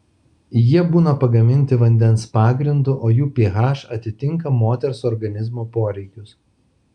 jie būna pagaminti vandens pagrindu o jų ph atitinka moters organizmo poreikius